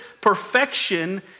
perfection